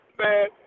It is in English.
man